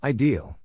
Ideal